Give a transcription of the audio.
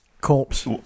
Corpse